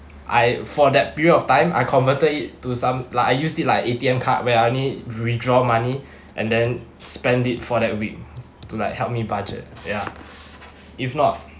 I for that period of time I converted it to some like I used it like A_T_M card where I only withdraw money and then spend it for that week to like help me budget ya if not